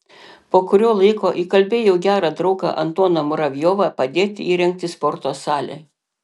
po kurio laiko įkalbėjau gerą draugą antoną muravjovą padėti įrengti sporto salę